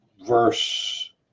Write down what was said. verse